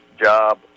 job